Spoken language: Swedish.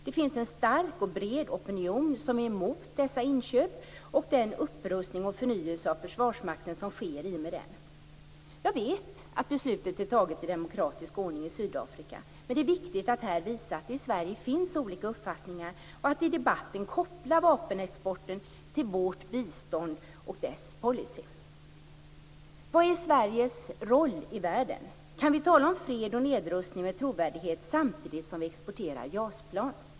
Det finns en stark och bred opinion emot detta inköp och emot den upprustning och förnyelse av försvarsmakten som sker i och med detta. Jag vet att beslutet är taget i demokratisk ordning i Sydafrika, men det är viktigt att här visa att det i Sverige finns olika uppfattningar och att i debatten koppla vapenexporten till vår biståndspolicy. Vilken är Sveriges roll i världen? Kan vi tala om fred och nedrustning med trovärdighet samtidigt som vi exporterar JAS-plan?